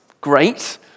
great